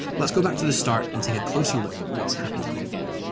let's go back to the start, and take a closer look at what's happening again.